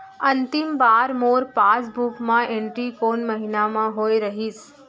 अंतिम बार मोर पासबुक मा एंट्री कोन महीना म होय रहिस?